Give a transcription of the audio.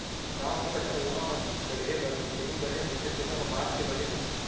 गाँव म पटअउहा म चड़हे बर निसेनी बने होथे तेनो ह बांस के बने होथे